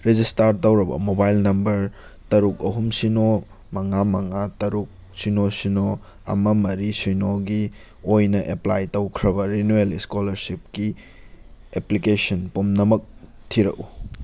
register ꯇꯧꯔꯕ mobile number ꯇꯔꯨꯛ ꯑꯍꯨꯝ ꯁꯤꯅꯣ ꯃꯉꯥ ꯃꯉꯥ ꯇꯔꯨꯛ ꯁꯤꯅꯣ ꯁꯤꯅꯣ ꯑꯃ ꯃꯔꯤ ꯁꯤꯅꯣꯒꯤ ꯑꯣꯏꯅ ꯑꯦꯄ꯭ꯂꯥꯏ ꯇꯧꯈ꯭ꯔꯕ ꯔꯤꯅ꯭ꯋꯦꯜ ꯏꯁꯀꯣꯂꯥꯔꯁꯤꯞꯀꯤ ꯑꯦꯄ꯭ꯂꯤꯀꯦꯁꯟ ꯄꯨꯝꯅꯃꯛ ꯊꯤꯔꯛꯎ